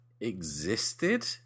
existed